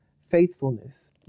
faithfulness